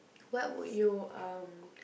what would you um